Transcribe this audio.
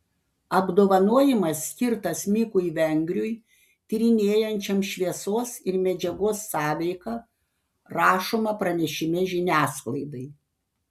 apdovanojimas skirtas mikui vengriui tyrinėjančiam šviesos ir medžiagos sąveiką rašoma pranešime žiniasklaidai